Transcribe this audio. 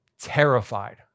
terrified